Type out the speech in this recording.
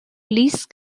please